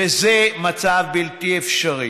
וזה מצב בלתי אפשרי.